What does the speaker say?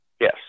Yes